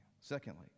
Secondly